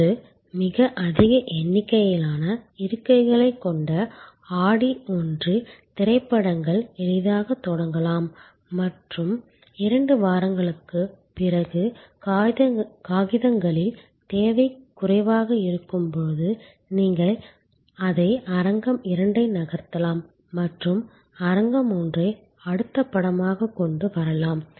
அல்லது மிக அதிக எண்ணிக்கையிலான இருக்கைகளைக் கொண்ட ஆடி ஒன்றில் திரைப்படங்கள் எளிதாகத் தொடங்கலாம் மற்றும் இரண்டு வாரங்களுக்குப் பிறகு காகிதங்களின் தேவை குறைவாக இருக்கும் போது நீங்கள் அதை அரங்கம் இரண்டை நகர்த்தலாம் மற்றும் அரங்கம் ஒன்றை அடுத்த படமாக கொண்டு வரலாம்